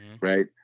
right